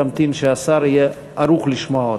תמתין שהשר יהיה ערוך לשמוע אותך.